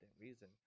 reason